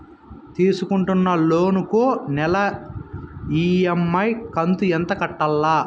తీసుకుంటున్న లోను కు నెల ఇ.ఎం.ఐ కంతు ఎంత కట్టాలి?